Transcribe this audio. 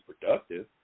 productive